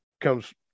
comes